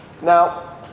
Now